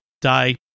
die